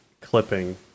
Clipping